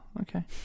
okay